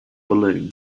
balloon